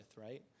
right